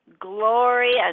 glory